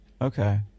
okay